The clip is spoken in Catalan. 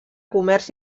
comerç